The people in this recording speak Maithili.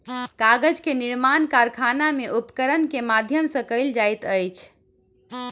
कागज के निर्माण कारखाना में उपकरण के माध्यम सॅ कयल जाइत अछि